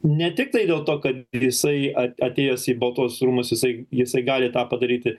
ne tiktai dėl to ka jisai a atėjęs į baltuosius rūmus jisai jisai gali tą padaryti